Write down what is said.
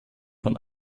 der